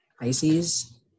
Pisces